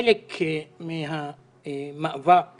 חלק מהמאבק